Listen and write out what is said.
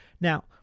Now